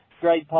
great